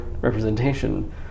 representation